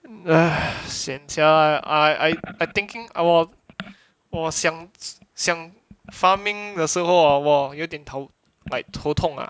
sian sia I I thinking our 我想想 farming 的时候我有点头痛 ah